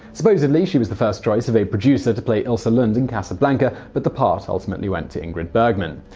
supposedly, she was the first choice of a producer to play ilsa lund in casablanca, but the part ultimately went to ingrid bergman.